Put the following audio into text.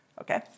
okay